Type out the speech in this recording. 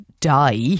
die